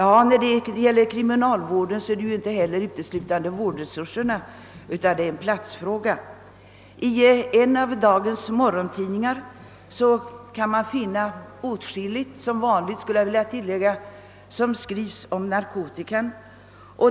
Inom kriminalvården gäller problemet inte heller uteslutande vårdresurserna, utan det är också en fråga om tillgång på platser. I en av dagens morgontidningar kan man — som vanligt skulle jag vilja tilllägga — finna åtskilligt om narkotika.